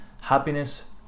happiness